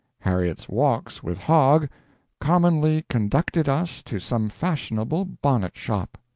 harriet's walks with hogg commonly conducted us to some fashionable bonnet-shop.